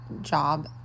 job